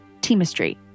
teamistry